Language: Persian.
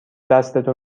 دستتو